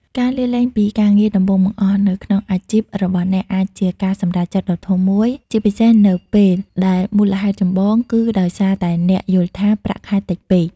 ការលាលែងពីការងារដំបូងបង្អស់នៅក្នុងអាជីពរបស់អ្នកអាចជាការសម្រេចចិត្តដ៏ធំមួយ ជាពិសេសនៅពេលដែលមូលហេតុចម្បងគឺដោយសារតែអ្នកយល់ថា ប្រាក់ខែតិចពេក។